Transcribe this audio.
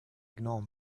ignore